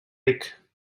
ric